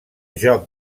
joc